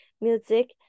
music